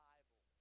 Bible